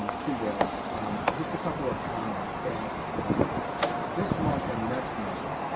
um to this just a couple of comments that this month and next month,